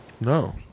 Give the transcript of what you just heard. No